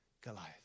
Goliath